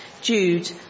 Jude